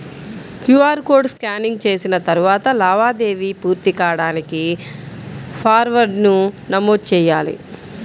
QR code scanning చేసిన తరువాత లావాదేవీ పూర్తి కాడానికి పాస్వర్డ్ను నమోదు చెయ్యాలి